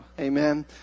Amen